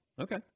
Okay